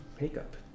makeup